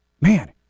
man